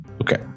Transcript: Okay